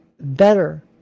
better